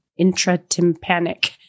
intratympanic